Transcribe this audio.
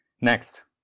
Next